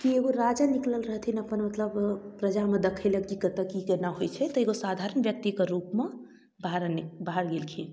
की एगो राजा निकलल रहथिन अपन मतलब प्रजामे देखय लए की कतऽ की केना होइ छै तऽ एगो साधारण व्यक्तिके रूपमे बाहर नी बाहर गेलखिन